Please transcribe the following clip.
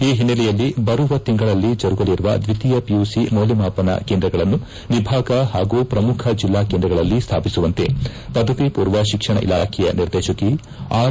ಈ ಹಿನ್ನೆಲೆಯಲ್ಲಿ ಬರುವ ತಿಂಗಳಲ್ಲಿ ಜರುಗಲಿರುವ ದ್ವಿತೀಯ ಪಿಯುಸಿ ಮೌಲ್ಯಮಾಪನ ಕೇಂದ್ರಗಳನ್ನು ವಿಭಾಗ ಹಾಗೂ ಪ್ರಮುಖ ಜಿಲ್ಲಾ ಕೇಂದ್ರಗಳಲ್ಲಿ ಸ್ಥಾಪಿಸುವಂತೆ ಪದವಿಪೂರ್ವ ಶಿಕ್ಷಣ ಇಲಾಖೆಯ ನಿರ್ದೇಶಕಿ ಆರ್